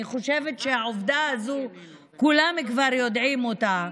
ואני חושבת שהעובדה הזאת כולם כבר יודעים אותה,